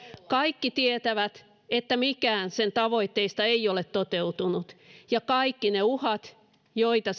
kaikki tietävät että mikään sen tavoitteista ei ole toteutunut ja kaikki ne uhat joita